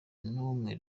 n’umwe